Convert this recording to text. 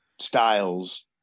Styles